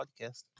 podcast